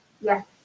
Yes